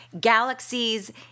galaxies